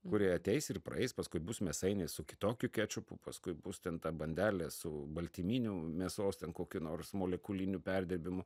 kurie ateis ir praeis paskui bus mėsainis su kitokiu kečupu paskui bus trinta bandelė su baltyminiu mėsos ten kokiu nors molekuliniu perdirbimu